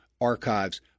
archives